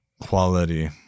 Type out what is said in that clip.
quality